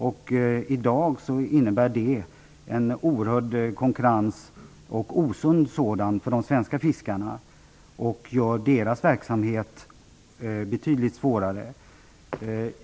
I dag innebär det en oerhörd konkurrens, en osund sådan, för de svenska fiskarna och gör deras verksamhet betydligt svårare.